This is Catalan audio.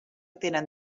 tenen